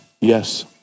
Yes